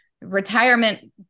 retirement